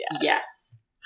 Yes